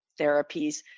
therapies